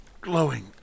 glowing